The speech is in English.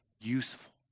useful